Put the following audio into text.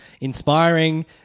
inspiring